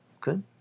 good